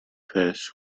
press